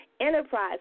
Enterprise